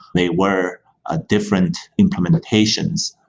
they were a different implementations,